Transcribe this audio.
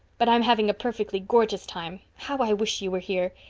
but i'm having a perfectly gorgeous time. how i wish you were here!